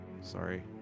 Sorry